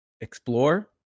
explore